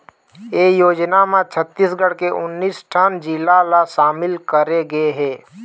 ए योजना म छत्तीसगढ़ के उन्नीस ठन जिला ल सामिल करे गे हे